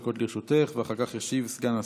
הצעה לסדר-היום בנושא: מחסור בעובדים זרים בענף